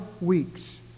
weeks